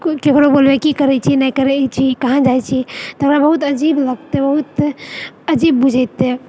केओ ककरो बोलबै की करै छीनहि करै छी कहाँ जाइत छी तऽ हमरा बहुत अजीब लगतै बहुत अजीब बुझेतै